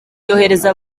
yohereza